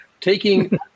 Taking